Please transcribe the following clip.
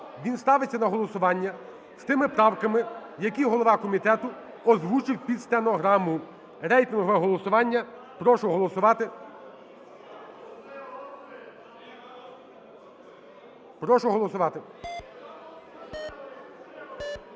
він ставиться на голосування з тими правками, які голова комітету озвучив під стенограму. Рейтингове голосування, прошу голосувати. Прошу голосувати.